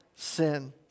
sin